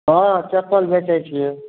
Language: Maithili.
हँ चप्पल बेचै छियै